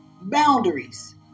boundaries